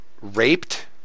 raped